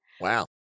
Wow